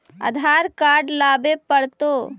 आधार card लाबे पड़तै?